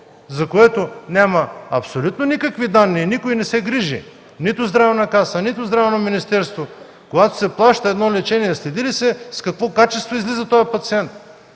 за което няма абсолютно никакви данни и никой не се грижи – нито Здравна каса, нито Здравно министерство, когато се плаща едно лечение, следи ли се с какво качество излиза този пациент?!